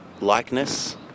likeness